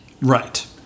Right